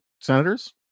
senators